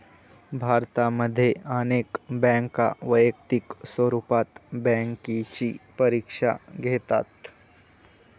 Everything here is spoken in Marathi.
भारतामध्ये अनेक बँका वैयक्तिक स्वरूपात बँकेची परीक्षा घेतात